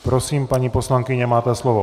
Prosím, paní poslankyně, máte slovo.